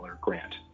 grant